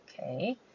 okay